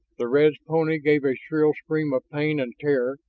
the red's pony gave a shrill scream of pain and terror,